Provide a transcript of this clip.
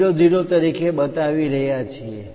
00 તરીકે બતાવી રહ્યા છીએ